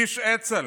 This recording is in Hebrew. איש אצ"ל,